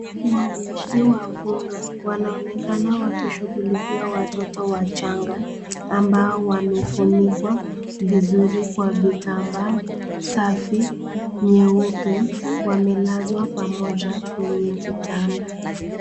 Wauguzi wa kunga wanaonekana wakishughulikia watoto wachanga ambao wamefunikwa vizuri kwa vitambaa safi nyeupe wamelazwa pamoja kwenye kitanda.